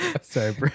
Sorry